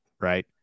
right